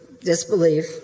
disbelief